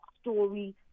story